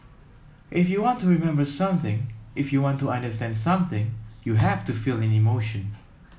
if you want to remember something if you want to understand something you have to feel an emotion